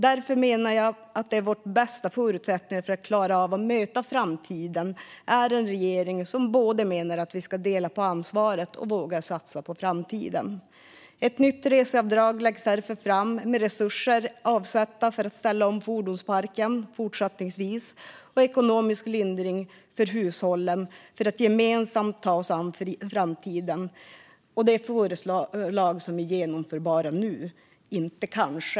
Därför menar jag att våra bästa förutsättningar att klara av att möta framtiden är en regering som menar att vi både ska dela på ansvaret och våga satsa på framtiden. Ett nytt reseavdrag läggs därför fram med resurser avsatta för att fortsättningsvis ställa om fordonsparken och ekonomisk lindring för hushållen för att gemensamt ta oss an framtiden. Och det är förslag som är genomförbara nu, inte kanske.